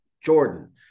Jordan